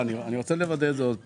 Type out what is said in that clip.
אני רוצה לוודא את זה עוד פעם.